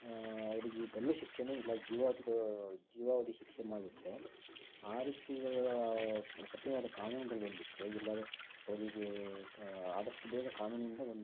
ಅವರಿಗೆ ಗಲ್ಲು ಶಿಕ್ಷೆನೇ ಇಲ್ಲ ಜೀವಾವಧಿ ಜೀವಾವಧಿ ಶಿಕ್ಷೆ ಮಾಡ್ಬಿಟ್ರೆ ಆ ರೀತಿ ಕಠಿಣವಾದ ಕಾನೂನುಗಳು ಬಂದ್ಬಿಟ್ರೆ ಇಲ್ಲವೇ ಅವರಿಗೆ ಆದಷ್ಟು ಬೇಗ ಕಾನೂನಿಂದ ಒಂದು